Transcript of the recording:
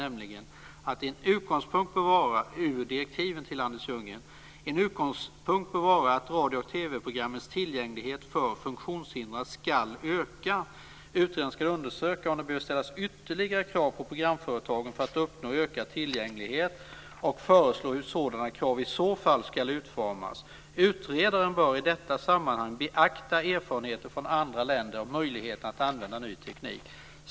Det är ur direktiven till Anders Ljunggren: "En utgångspunkt bör vara att radio och TV programmens tillgänglighet för funktionshindrade skall öka. Utredaren skall undersöka om det behöver ställas ytterligare krav på programföretagen för att uppnå en ökad tillgänglighet och föreslå hur sådana krav i så fall skall utformas. Utredaren bör i detta sammanhang beakta erfarenheter från andra länder och möjligheterna att använda ny teknik."